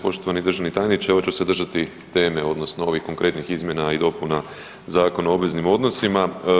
Poštovani državni tajniče, evo ću se držati teme odnosno ovih konkretnih izmjena i dopuna Zakona o obveznim odnosima.